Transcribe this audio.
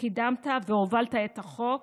קידמת והובלת את החוק